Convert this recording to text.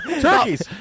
Turkeys